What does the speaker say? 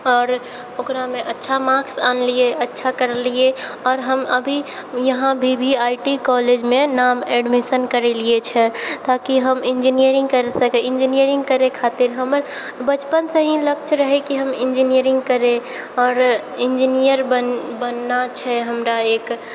आओर ओकरामे अच्छा मार्क्स आनलियै अच्छा करलियै आओर हम अभी इहाँ वी वी आइ टी कॉलेजमे नाम एडमिशन करलियै छै ताकि हम इन्जीनियरिंग करि सकियै इन्जीनियर करै खातिर हमर बचपनसँ ही लक्ष्य रहै कि हम इन्जीनियरिंग करि आओर इन्जीनियर बन बनना छै हमरा एक